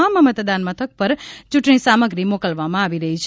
તમામ મતદાન મથકો પર ચૂંટણી સામગ્રી મોકલવામાં આવી રહી છે